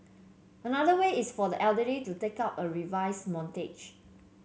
another way is for the elderly to take up a reverse mortgage